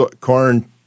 corn